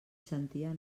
sentia